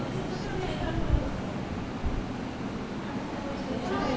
UPI তে পাঠানো টাকার বিবরণ আমি কিভাবে দেখবো?